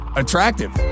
attractive